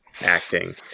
acting